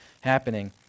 happening